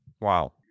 Wow